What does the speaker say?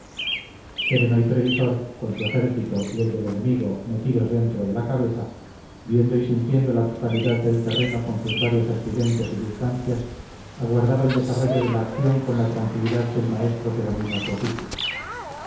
sereno y previsor con su ejército y el del enemigo metidos dentro de la cabeza viendo y sintiendo la totalidad del terreno con sus varios accidentes y distancias aguardaba el desarrollo de la acción con la tranquilidad del maestro que domina su oficio